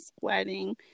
wedding